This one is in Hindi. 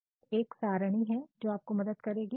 Refer Slide Time 3248 यहां पर एक सारणी है जो आपको मदद करेगी